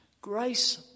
grace